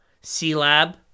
C-Lab